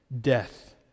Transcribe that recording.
death